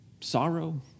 sorrow